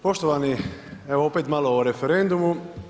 Poštovani, evo opet malo o referendumu.